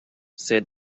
said